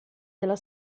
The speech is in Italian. della